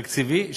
תקציבי,